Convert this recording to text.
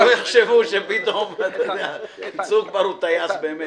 שלא יחשבו שפתאום צוק כבר הוא טייס באמת.